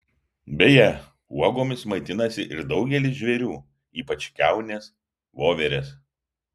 beje uogomis maitinasi ir daugelis žvėrių ypač kiaunės voverės